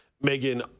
Megan